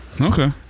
Okay